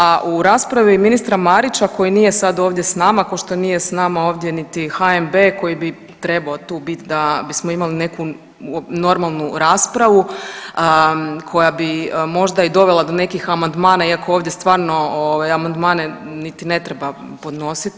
A u raspravi ministra Marića koji nije sad ovdje sa nama, kao što nije sa nama ovdje ni HNB koji bi trebao tu biti da bismo imali neku normalnu raspravu koja bi možda i dovela do nekih amandmana iako ovdje stvarno amandmane niti ne treba podnositi.